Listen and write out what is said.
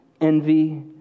envy